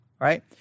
right